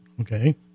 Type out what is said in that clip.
Okay